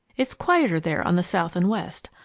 it's quieter there on the south and west.